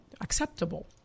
acceptable